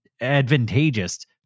advantageous